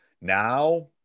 Now –